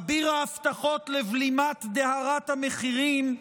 אביר ההבטחות לבלימת דהרת המחירים,